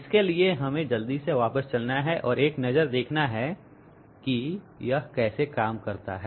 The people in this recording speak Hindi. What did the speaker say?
इसके लिए हमें जल्दी से वापस चलना है और एक नजर देखना है कि यह कैसे काम करता है